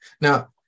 now